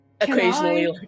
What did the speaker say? occasionally